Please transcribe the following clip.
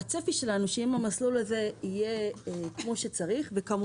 הצפי שלנו הוא שאם המסלול הזה יהיה כמו שצריך וכאן